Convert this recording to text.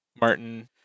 Martin